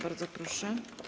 Bardzo proszę.